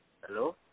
Hello